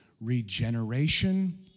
regeneration